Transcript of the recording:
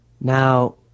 Now